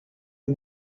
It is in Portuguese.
uma